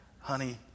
Honey